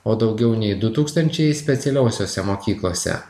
o daugiau nei du tūkstančiai specialiosiose mokyklose